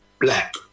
black